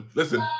listen